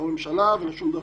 לא ממשלה ושום דבר,